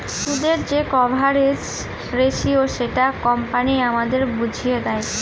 সুদের যে coverage ratio সেটা কোম্পানি আমাদের বুঝিয়ে দেয়